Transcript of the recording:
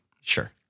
Sure